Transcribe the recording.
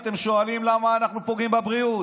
אתם שואלים למה אנחנו פוגעים בבריאות.